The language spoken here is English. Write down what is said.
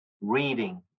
reading